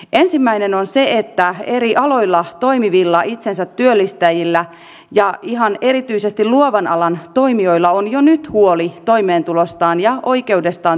ensimmäinen on se että eri aloilla toimivilla itsensätyöllistäjillä ja ihan erityisesti luovan alan toimijoilla on jo nyt huoli toimeentulostaan ja oikeudestaan työttömyysturvaan